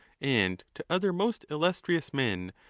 and to other most illustrious men,